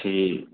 ਠੀਕ